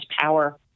power